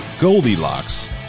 goldilocks